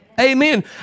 Amen